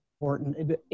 important